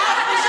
איך את מעיזה?